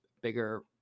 bigger